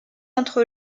entre